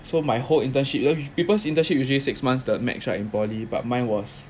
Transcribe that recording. so my whole internship people's internship usually six months the max right in poly but mine was